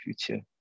future